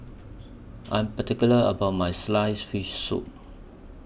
I Am particular about My Sliced Fish Soup